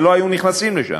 ולא היו נכנסים אליהם,